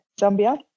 Zambia